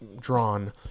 drawn